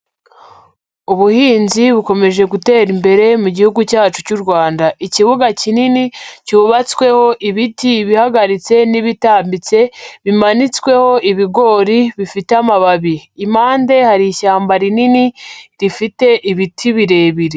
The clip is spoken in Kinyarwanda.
Ubuhinzi bukomeje gutera imbere mu gihugu cyacu cy'u Rwanda. Ikibuga kinini cyubatsweho ibiti, ibihagaritse n'ibitambitse bimanitsweho ibigori bifite amababi. Impande hari ishyamba rinini rifite ibiti birebire.